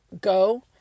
go